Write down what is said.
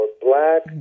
black